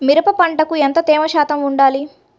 మిరప పంటకు ఎంత తేమ శాతం వుండాలి?